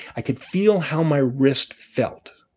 i could feel how my wrist felt.